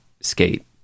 skate